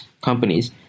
companies